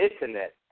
internet